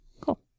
Cool